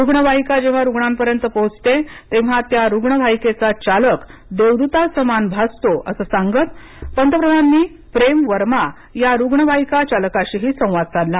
रुग्णवाहिका जेंव्हा रुग्णांपर्यंत पोहोचते तेंव्हा त्या रुग्णवाहिकेचा चालक देवदुतासमान भासतो असं सांगत पंतप्रधानांनी प्रेम वर्मा या रुग्णवाहिका चालकाशी संवाद साधला